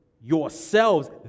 yourselves